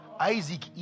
Isaac